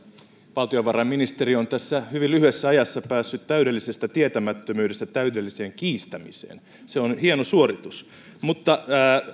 valtiovarainministeri on tässä hyvin lyhyessä ajassa päässyt täydellisestä tietämättömyydestä täydelliseen kiistämiseen se on hieno suoritus mutta